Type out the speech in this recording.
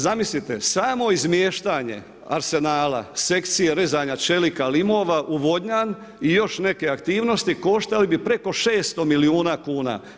Zamislite samo izmještanje arsenala, sekcije rezanja čelika, limova u Vodnjan i još neke aktivnosti koštale bi preko 600 milijuna kuna.